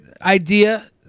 idea